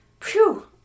Phew